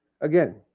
Again